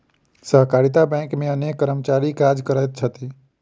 सहकारिता बैंक मे अनेक कर्मचारी काज करैत छथि